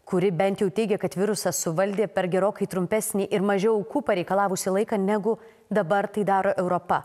kuri bent jau teigia kad virusą suvaldė per gerokai trumpesnį ir mažiau aukų pareikalavusį laiką negu dabar tai daro europa